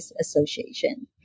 Association